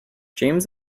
james